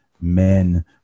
men